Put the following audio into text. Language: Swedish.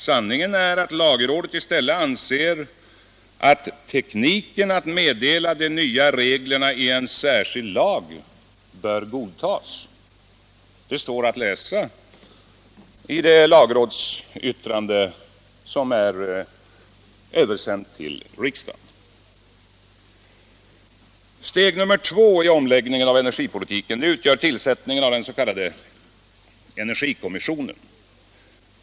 Sanningen är att lagrådet i stället anser att tekniken att meddela de nya reglerna i en särskild lag bör godtas. Det står att läsa i det lagrådsyttrande som är översänt till riksdagen. Steg nummer två i omläggningen av energipolitiken utgör tillsättningen av den s.k. energikommissionen.